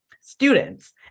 students